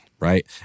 Right